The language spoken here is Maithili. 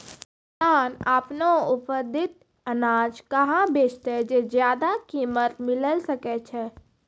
किसान आपनो उत्पादित अनाज कहाँ बेचतै जे ज्यादा कीमत मिलैल सकै छै?